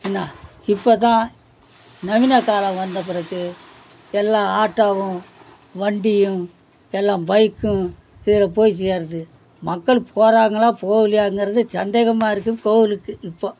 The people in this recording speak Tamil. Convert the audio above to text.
என்னா இப்போ தான் நவீனக்காலம் வந்தப்பிறகு எல்லா ஆட்டோவும் வண்டியும் எல்லாம் பைக்கும் இதில் போய் சேருது மக்கள் போகிறாங்களோ போகலியாங்கறதே சந்தேகமாக இருக்குது கோயிலுக்கு இப்போது